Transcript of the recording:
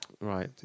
Right